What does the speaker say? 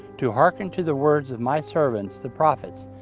to hearken to the words of my servants the prophets,